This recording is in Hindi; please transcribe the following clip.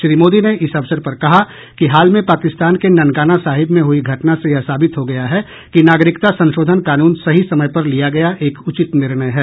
श्री मोदी ने इस अवसर पर कहा कि हाल में पाकिस्तान के ननकाना साहिब में हुई घटना से यह साबित हो गया है कि नागरिकता संशोधन कानून सही समय पर लिया गया एक उचित निर्णय है